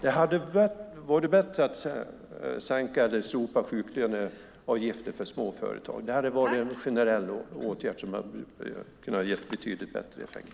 Det hade varit bättre att sänka eller slopa sjuklöneavgiften för småföretag. Det hade varit en generell åtgärd som hade kunnat ge betydligt bättre effekt.